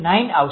9 આવશે